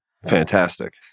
Fantastic